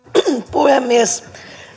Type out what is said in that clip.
puhemies